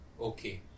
Okay